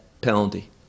penalty